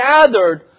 gathered